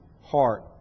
heart